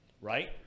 right